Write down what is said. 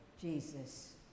Jesus